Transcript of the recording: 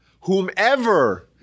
whomever